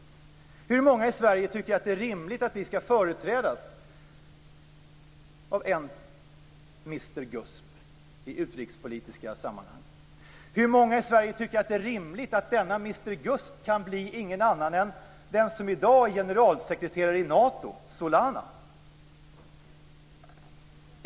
Hur många i Sverige tycker att det är rimligt att vi skall företrädas av en mr Gusp i utrikespolitiska sammanhang? Hur många i Sverige tycker att det är rimligt att denne mr Gusp inte kan bli någon annan än den som i dag är generalsekreterare i Nato, Solana?